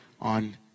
on